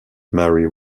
mary